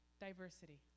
diversity